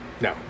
No